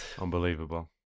unbelievable